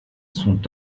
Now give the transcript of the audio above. sont